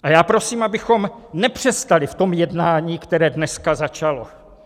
A já prosím, abychom nepřestali v tom jednání, které dneska začalo.